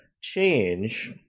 change